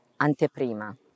Anteprima